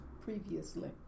previously